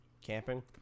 camping